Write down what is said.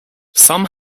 some